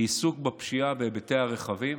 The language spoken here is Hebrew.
כי עיסוק בפשיעה על היבטיה הרחבים